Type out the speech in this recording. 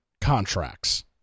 contracts